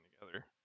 together